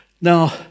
Now